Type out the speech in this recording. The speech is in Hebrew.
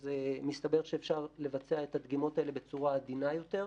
אז מסתבר שאפשר לבצע את הדגימות האלה בצורה עדינה יותר.